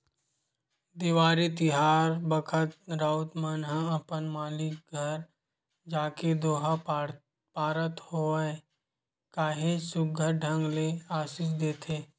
देवारी तिहार बखत राउत मन ह अपन मालिक घर जाके दोहा पारत होय काहेच सुग्घर ढंग ले असीस देथे